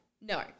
no